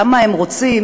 למה הם רוצים